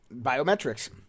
Biometrics